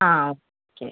ആ ഓക്കെ